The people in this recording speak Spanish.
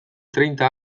treinta